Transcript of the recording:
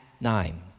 nine